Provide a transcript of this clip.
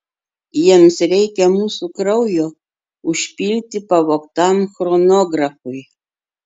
jiems reikia mūsų kraujo užpildyti pavogtam chronografui